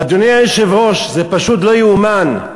אדוני היושב-ראש, זה פשוט לא יאומן.